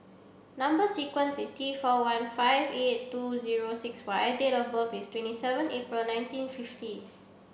number sequence is T four one five eight two zero six Y date of birth is twenty seven April nineteen fifty